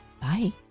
Bye